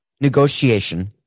negotiation